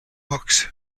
books